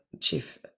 chief